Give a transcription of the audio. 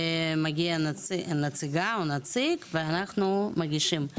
מגיע נציגה או נציג ואנחנו מגישים,